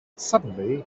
suddenly